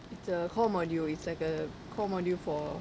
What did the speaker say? it's a core module it's like a core module for